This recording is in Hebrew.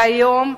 כיום,